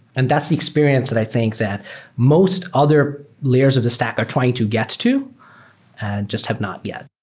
and that's the experience that i think that most other layers of the stack are trying to get to and just have not yet.